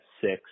six